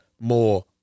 more